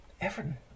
Everton